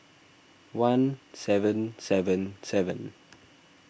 one seven seven seven